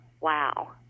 Wow